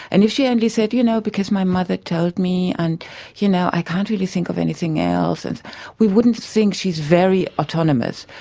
and if she only said, you know, because my mother told me, and you know, i can't really think of anything else, and we wouldn't think she's very autonomous.